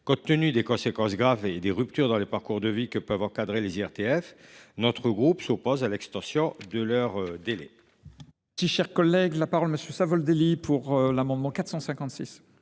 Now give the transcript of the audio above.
Compte tenu des conséquences graves et des ruptures dans les parcours de vie que peuvent entraîner les IRTF, notre groupe s’oppose à l’extension de leur délai.